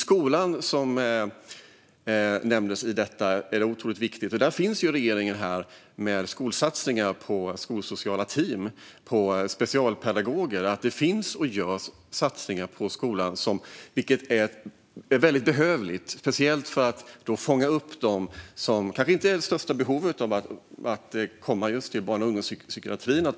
Detta är otroligt viktigt i skolan, som nämndes. Där finns regeringen med satsningar på skolsociala team och specialpedagoger. Det finns och görs satsningar på skolan. Det är väldigt behövligt, speciellt för att fånga upp dem som kanske inte har störst behov av att komma till barn och ungdomspsykiatrin.